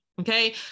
Okay